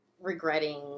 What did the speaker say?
regretting